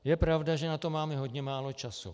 Je pravda, že na to máme hodně málo času.